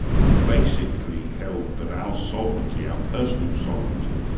who basically held that our sovereignty, our personal sovereignty,